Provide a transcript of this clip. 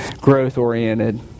growth-oriented